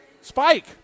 Spike